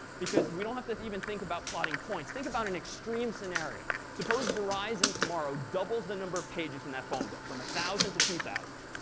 because we don't have to even think about plotting points. think about an extreme scenario. suppose verizon tomorrow doubles the number of pages in that phone book, from one thousand to two thousand.